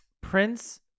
Prince